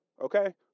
Okay